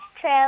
true